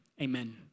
amen